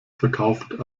verkauft